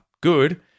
good